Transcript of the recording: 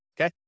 Okay